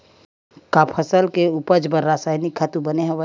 का फसल के उपज बर रासायनिक खातु बने हवय?